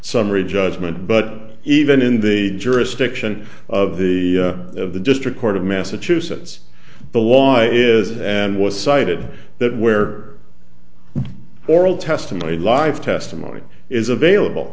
summary judgment but even in the jurisdiction of the of the district court of massachusetts the law is and was cited that where oral testimony live testimony is available